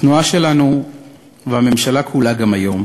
התנועה שלנו וגם הממשלה כולה היום